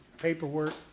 paperwork